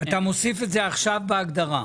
מוסיף את זה עכשיו בהגדרה?